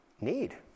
need